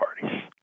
parties